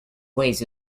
ways